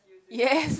yes